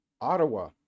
ottawa